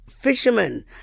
Fishermen